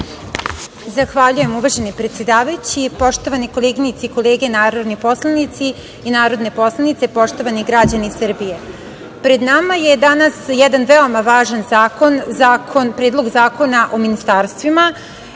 Zahvaljujem, uvaženi predsedavajući. Poštovane koleginice i kolege, narodni poslanici i narodne poslanice, poštovani građani Srbije, pred nama je danas jedan veoma važan zakon – Predlog zakona o ministarstvima.